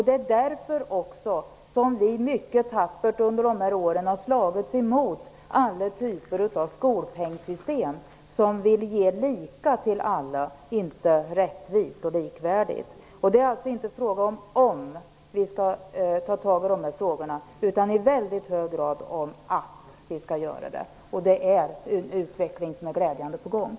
Det är också därför som vi under de här åren mycket tappert har slagits emot alla typer av skolpengssystem som vill ge lika till alla, inte rättvist och likvärdigt. Det är alltså inte fråga om om vi skall ta tag i de här frågorna utan i väldigt hög grad om att vi skall göra det. Det är en utveckling som glädjande nog är på gång.